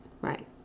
Right